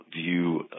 view